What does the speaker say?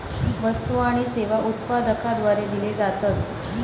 वस्तु आणि सेवा उत्पादकाद्वारे दिले जातत